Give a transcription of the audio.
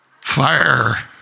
fire